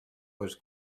was